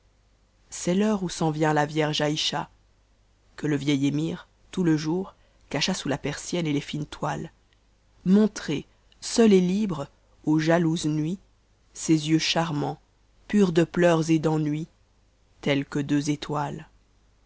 c'est l'heure où vient la vierge ayscha que le vieil ëmyr tout le jour cacha sous la persienne et les unes toiles montrer seule et libre aux jalouses nuits ses yeux charmants purs de pleurs et d'ennuis tels que deux étoiles